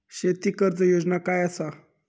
शेती कर्ज योजना काय असा?